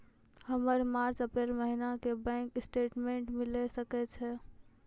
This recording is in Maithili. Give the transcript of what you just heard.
हमर मार्च अप्रैल महीना के बैंक स्टेटमेंट मिले सकय छै?